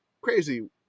crazy